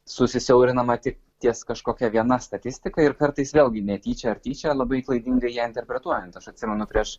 susisiaurina matyt ties kažkokia viena statistika ir kartais vėlgi netyčia ar tyčia labai klaidingai ją interpretuojant aš atsimenu prieš